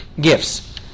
gifts